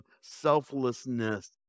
selflessness